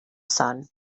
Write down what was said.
sun